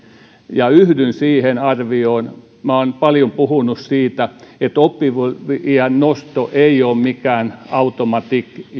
ja yhdyn siihen arvioon minä olen paljon puhunut siitä että oppivelvollisuusiän nosto ei ole mikään automatic